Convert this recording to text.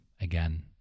again